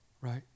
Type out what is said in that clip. right